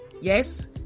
Yes